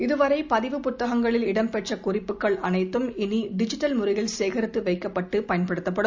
இது வரை பதிவு புத்தகங்களில் இடம் பெற்ற குறிப்புகள் அனைத்தும் இனி டிஜிட்டல் முறையில் சேகரித்து வைக்கப்பட்டுப் பயன்படுத்தப்படும்